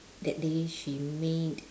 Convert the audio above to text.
that day she made